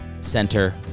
Center